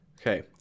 Okay